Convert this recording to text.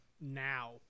now